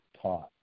taught